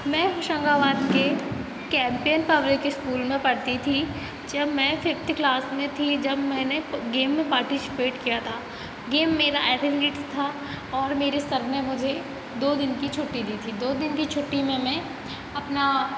मैं होशंगाबाद के captain public school में पढ़ती थी जब मैं फिफ्थ क्लास में थी जब मैंने प गेम में पार्टिसिपेट किया था गेम मेरा था और मेरे सर ने मुझे दो दिन की छुट्टी दी थी दो दिन की छुट्टी में मैं अपना